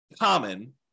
common